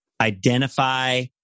identify